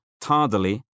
tardily